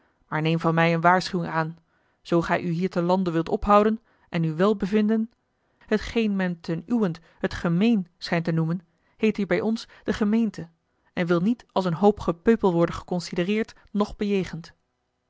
maar neem van mij eene waarschuwing aan zoo gij u hier te lande wilt ophouden en u wèl bevinden hetgeen men ten uwent het gemeen schijnt te noemen heet hier bij ons de gemeente en wil niet als een hoop gepeupel worden geconsidereerd noch bejegend